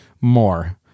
more